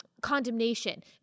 condemnation